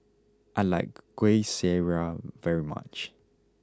I like Kueh Syara very much